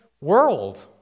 world